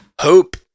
hope